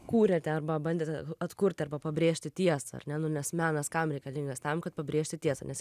kūrėte arba bandėte atkurti arba pabrėžti tiesą ar ne nu nes menas kam reikalingas tam kad pabrėžti tiesą nes kaip